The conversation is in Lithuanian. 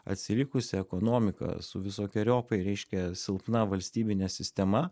atsilikusia ekonomika su visokeriopai reiškia silpna valstybine sistema